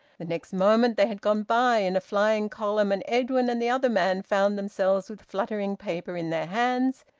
the next moment they had gone by, in a flying column, and edwin and the other man found themselves with fluttering paper in their hands,